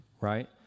right